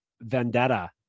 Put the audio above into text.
Vendetta